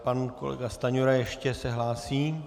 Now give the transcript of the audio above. Pan kolega Stanjura se ještě hlásí.